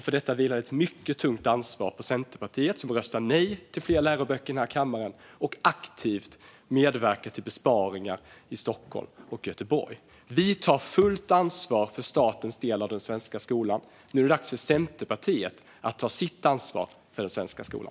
För detta vilar ett mycket tungt ansvar på Centerpartiet som röstar nej till fler läroböcker i denna kammare och som aktivt medverkar till besparingar i Stockholm och Göteborg. Vi tar fullt ansvar för statens del av den svenska skolan. Nu är det dags för Centerpartiet att ta sitt ansvar för den svenska skolan.